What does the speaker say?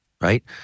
right